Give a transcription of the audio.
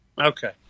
Okay